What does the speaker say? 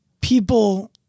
people